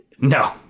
No